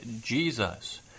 Jesus